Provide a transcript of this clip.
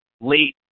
Late